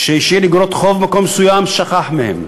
שהוא השאיר איגרות חוב במקום מסוים ושכח מהן,